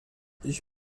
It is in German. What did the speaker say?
ich